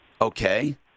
Okay